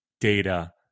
data